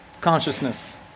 consciousness